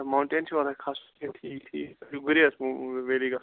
mountain چھُوا تۄہہِ کھَسُن اچھا ٹھیٖک ٹھیٖک گُریز ویلی گَژھُن